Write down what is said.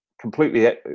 completely